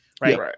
right